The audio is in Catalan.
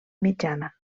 mitjana